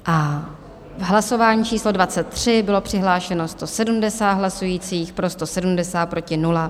V hlasování číslo 23 bylo přihlášeno 170 hlasujících, pro 170, proti 0.